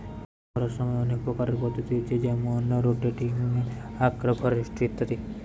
চাষ কোরার সময় অনেক প্রকারের পদ্ধতি হচ্ছে যেমন রটেটিং, আগ্রফরেস্ট্রি ইত্যাদি